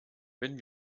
wenn